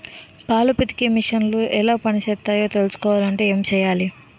పాలు పితికే మిసన్లు ఎలా పనిచేస్తాయో తెలుసుకోవాలంటే ఏం చెయ్యాలి?